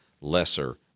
lesser